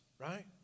right